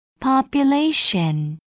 population